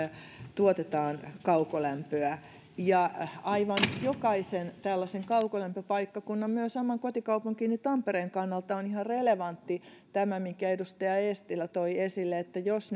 tuotetaan kaukolämpöä ja aivan jokaisen tällaisen kaukolämpöpaikkakunnan myös oman kotikaupunkini tampereen kannalta on ihan relevantti tämä minkä edustaja eestilä toi esille että jos